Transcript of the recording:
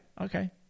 Okay